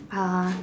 uh